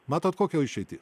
matot kokią išeitį